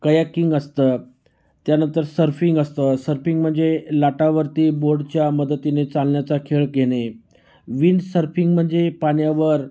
kayaking असतं त्यानंतर surfing असतं सर्पिंग म्हणजे लाटांवरती बोर्डच्या मदतीने चालण्याचा खेळ घेणे विंड सर्फिंग म्हणजे पाण्यावर